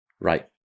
Right